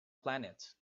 planet